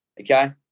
Okay